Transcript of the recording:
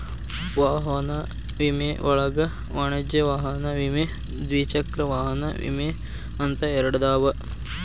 ವಾಹನ ವಿಮೆ ಒಳಗ ವಾಣಿಜ್ಯ ವಾಹನ ವಿಮೆ ದ್ವಿಚಕ್ರ ವಾಹನ ವಿಮೆ ಅಂತ ಎರಡದಾವ